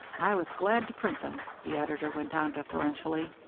i was glad to print them, the editor went on deferentially.